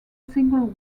single